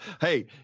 Hey